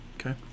Okay